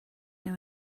know